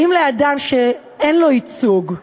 האם אדם שאין לו ייצוג,